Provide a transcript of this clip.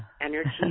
energy